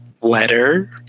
letter